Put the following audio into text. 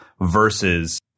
versus